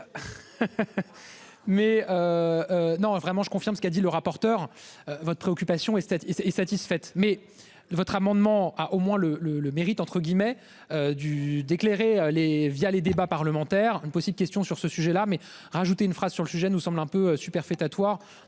Non vraiment, je confirme ce qu'a dit le rapporteur. Votre préoccupation et est satisfaite mais votre amendement a au moins le le le mérite entre guillemets. Du, d'éclairer les via les débats parlementaires. Une petite question sur ce sujet là mais rajouter une phrase sur le sujet nous semble un peu superfétatoire